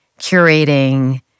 curating